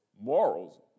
morals